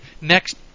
Next